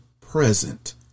present